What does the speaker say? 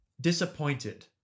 disappointed